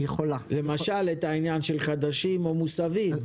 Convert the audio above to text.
למשל את העניין של חדשים או מוסבים.